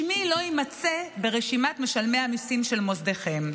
שמי לא יימצא ברשימת משלמי המיסים של מוסדכם".